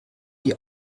die